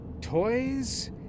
toys